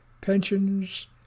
pensions